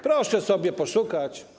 Proszę sobie poszukać.